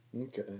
Okay